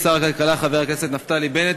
שר הכלכלה חבר הכנסת נפתלי בנט,